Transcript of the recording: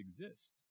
exist